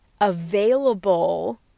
available